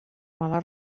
mala